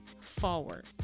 forward